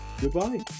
goodbye